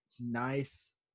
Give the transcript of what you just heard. Nice